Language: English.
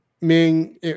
Ming